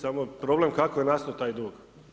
Samo je problem kako je nastao taj dug.